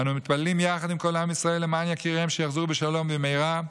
אנו מתפללים יחד עם כל עם ישראל למען יקיריהן שיחזרו בשלום במהרה.